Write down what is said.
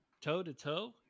toe-to-toe